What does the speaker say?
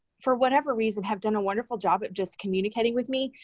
for whatever reason, have done a wonderful job just communicating with me.